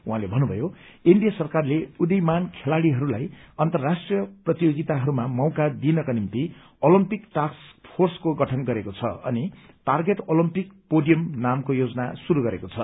उहाँले भन्नुभयो एनडीए सरकारले उद्यीमान खेलाड़ीहरूलाई अन्तर्राष्ट्रीय प्रतियोगिताहरूमा मौका दिइनका निम्ति ओलम्पिक टास्क फोर्सको गठन गरेको छ अनि टार्गेट ओलम्पिक पोडियम नामको योजना शुरू गरेको छ